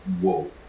whoa